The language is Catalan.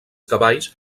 cavalls